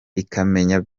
ikamenya